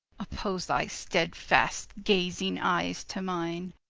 oppose thy stedfast gazing eyes to mine,